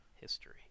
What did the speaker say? history